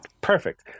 perfect